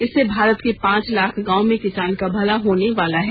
इससे भारत के पांच लाख गांव में किसान का भला होने वाला है